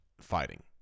fighting